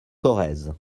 corrèze